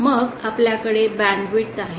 मग आपल्याकडे बॅन्डविड्थ आहे